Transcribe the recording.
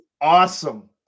Awesome